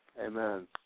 amen